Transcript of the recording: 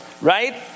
Right